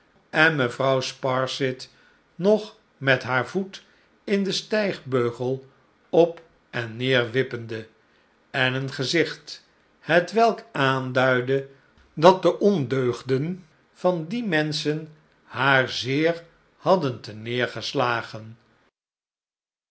en mevrouw sparsit nog met haar voet in den stijgbeugel op en neer wippende en een gezicht hetwelk aanduidde dat de ondeugden van die menschen haar zeer hadden